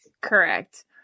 Correct